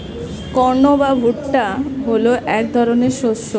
corn বা ভুট্টা হলো এক ধরনের শস্য